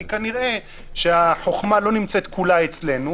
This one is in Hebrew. כי כנראה שהחוכמה לא נמצאת כולה אצלנו,